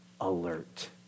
alert